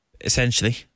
essentially